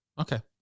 Okay